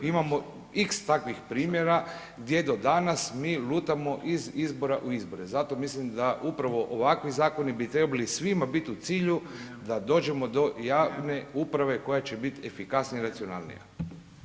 Imamo x takvih primjera gdje do danas mi lutamo iz izbora u izbore, zato mislim da upravo ovakvi zakoni bi trebali svima biti u cilju da dođemo do javne uprave koja će biti efikasnija i racionalnija.